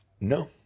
No